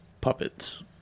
puppets